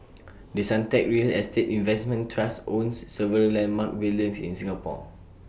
the Suntec real estate investment trust owns several landmark buildings in Singapore